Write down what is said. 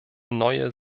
neue